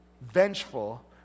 vengeful